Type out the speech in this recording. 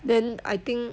then I think